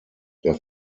der